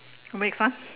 because